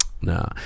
No